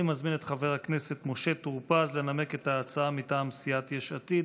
אני מזמין את חבר הכנסת משה טור פז לנמק את ההצעה מטעם סיעת יש עתיד,